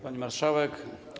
Pani Marszałek!